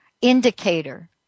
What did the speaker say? indicator